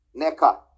NECA